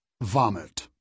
Vomit